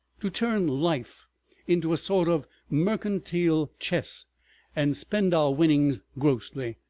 to turn life into a sort of mercantile chess and spend our winnings grossly.